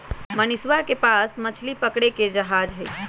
मनीषवा के पास मछली पकड़े के जहाज हई